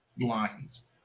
lines